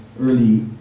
early